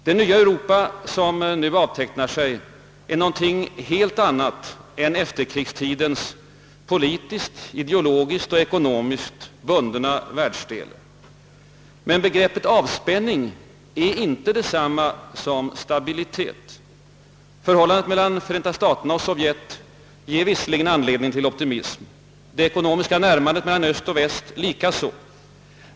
Det nya Europa som nu avtecknar sig är någonting helt annat än efterkrigstidens politiskt, ideologiskt och ekonomiskt bundna världsdel, men begreppet avspänning är inte detsamma som stabilitet. Förhållandet mellan Förenta staterna och Sovjet ger visserligen anledning till optimism, det ekonomiska närmandet mellan öst och väst likaså.